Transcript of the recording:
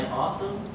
awesome